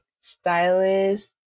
stylist